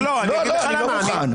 אני לא מוכן.